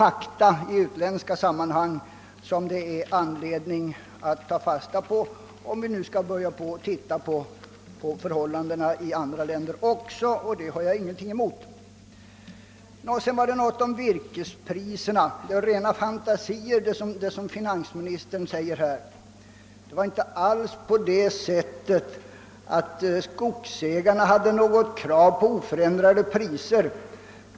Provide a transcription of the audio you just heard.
Det är fakta som vi måste ta fasta på, om vi nu skall börja att också studera förhållandena i andra länder, vilket jag inte har någonting emot. Vad finansministern här säger om virkespriserna är rena fantasier. Skogsägarna hade inga krav på oförändrade priser.